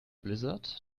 blizzard